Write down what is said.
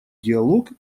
диалог